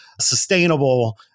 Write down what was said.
sustainable